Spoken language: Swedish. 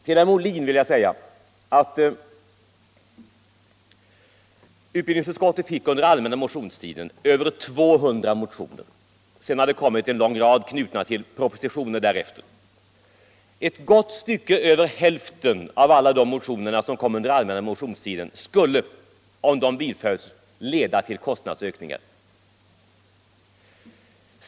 Till herr Molin vill jag säga att utbildningsutskottet under den allmänna motionstiden fick över 200 motioner, och därefter har det kommit en lång rad motioner till, knutna till propositioner som avlämnats senare. Ett gott stycke över hälften av alla de motioner som kom under allmänna motionstiden skulle, om de bifölls, leda till kostnadsökningar.